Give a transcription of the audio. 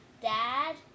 dad